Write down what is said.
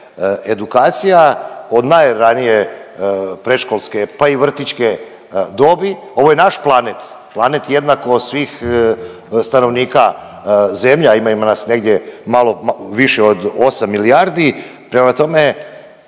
edukacija od najranije predškolske pa i vrtićke dobi. Ovo je naš planet, planet jednako svih stanovnika zemlje, a ima nas negdje malo ma… više od 8 milijardi, prema tome